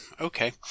Okay